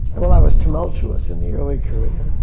and well, i was tumultuous in the early career.